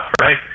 right